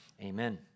amen